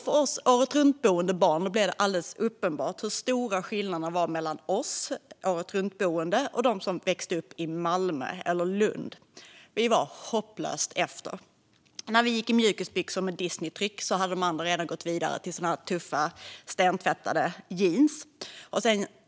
För oss åretruntboende barn blev det alldeles uppenbart hur stora skillnaderna var mellan oss åretruntboende och dem som växte upp i Malmö eller Lund. Vi var hopplöst efter. När vi gick i mjukisbyxor med Disneytryck hade de redan gått vidare till tuffa, stentvättade jeans.